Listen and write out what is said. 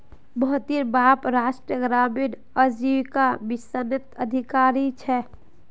मोहितेर बाप राष्ट्रीय ग्रामीण आजीविका मिशनत अधिकारी छे